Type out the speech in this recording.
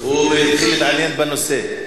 הוא התחיל להתעניין בנושא.